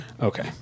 Okay